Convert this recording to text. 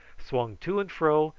swung to and fro,